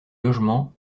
logement